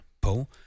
Paul